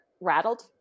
rattled